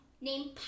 named